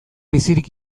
bizirik